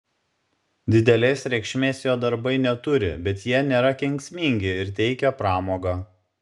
didelės reikšmės jo darbai neturi bet jie nėra kenksmingi ir teikia pramogą